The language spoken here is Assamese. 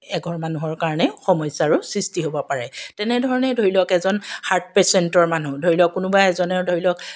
এঘৰ মানুহৰ কাৰণেও সমস্যাৰো সৃষ্টি হ'ব পাৰে তেনেধৰণে ধৰি লওক এজন হাৰ্ট পেচেণ্টৰ মানুহ ধৰি লওক কোনোবা এজন ধৰি লওক